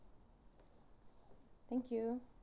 thank you